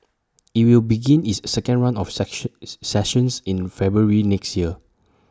IT will begin its second run of sections sessions in February next year